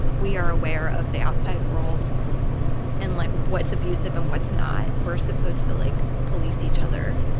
we are aware of the outside world and, like, what's abusive and what's not. we're supposed to, like, police each other